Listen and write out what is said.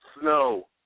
Snow